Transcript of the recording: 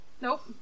nope